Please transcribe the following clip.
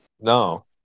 No